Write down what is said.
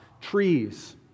trees